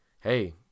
hey